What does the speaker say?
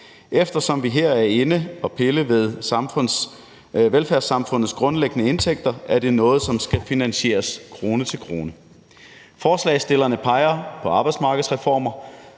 Eftersom vi her er inde og pille ved velfærdssamfundets grundlæggende indtægter, er det noget, som skal finansieres krone til krone. Forslagsstillerne peger på arbejdsmarkedsreformer,